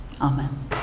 Amen